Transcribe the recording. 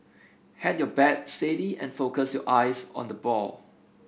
head your bat steady and focus your eyes on the ball